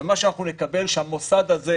ומה שאנחנו נקבל שהמוסד הזה,